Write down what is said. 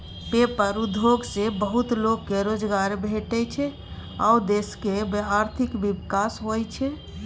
paper उद्योग सँ बहुत लोक केँ रोजगार भेटै छै आ देशक आर्थिक विकास होइ छै